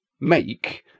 make